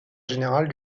général